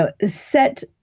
set